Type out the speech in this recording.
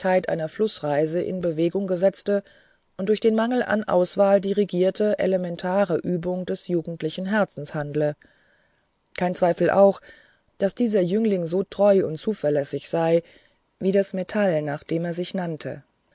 flußreise in bewegung gesetzte und durch den mangel an auswahl dirigierte elementare übung des jugendlichen herzens handle kein zweifel auch daß dieser jüngling so treu und zuverlässig sei wie das metall nach dem er sich nannte